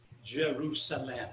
jerusalem